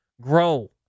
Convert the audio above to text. grow